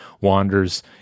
wanders